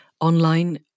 online